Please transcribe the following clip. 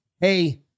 hey